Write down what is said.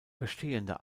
bestehende